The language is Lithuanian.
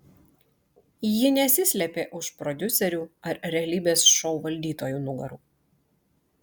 ji nesislėpė už prodiuserių ar realybės šou valdytojų nugarų